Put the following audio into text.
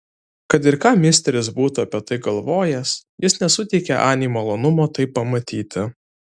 kad ir ką misteris būtų apie tai galvojęs jis nesuteikė anei malonumo tai pamatyti